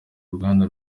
uruganda